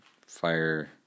fire